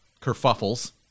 kerfuffles